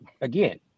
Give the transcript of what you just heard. again